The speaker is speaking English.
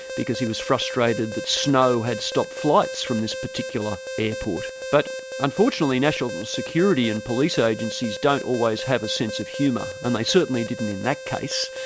because he was frustrated that snow had stopped flights from this particular airport, but unfortunately national security and police agencies don't always have a sense of humour, and they certainly didn't in that case,